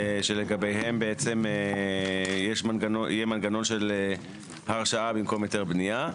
שלגביהם בעצם יהיה מנגנון של הרשאה במקום היתר בנייה,